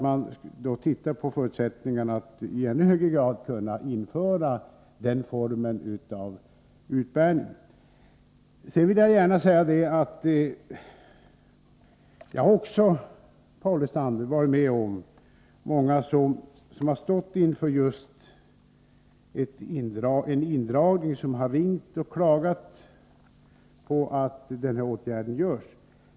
Jag vill gärna säga till Paul Lestander att jag också har varit med om att många som stått inför en indragning har ringt och klagat på att denna åtgärd vidtas.